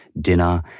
dinner